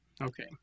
Okay